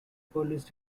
police